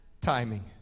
timing